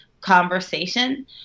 conversation